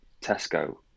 Tesco